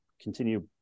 continue